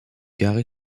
gary